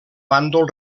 bàndol